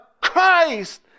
Christ